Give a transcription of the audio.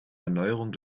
erneuerung